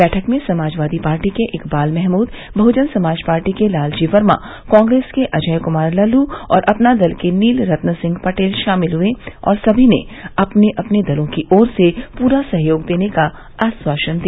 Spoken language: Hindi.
बैठक में समाजवादी पार्टी के इकबाल महमूद बहुजन समाज पार्टी के लालजी वर्मा कांग्रेस के अजय कुमार लल्लू और अपना दल के नील रत्न सिंह पटेल शामिल हुए और समी ने अपने अपने दलों की ओर से पूरा सहयोग देने का आश्वासन दिया